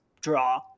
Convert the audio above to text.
draw